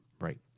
right